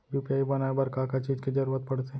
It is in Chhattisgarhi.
यू.पी.आई बनाए बर का का चीज के जरवत पड़थे?